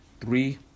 three